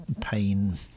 pain